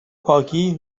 پاکی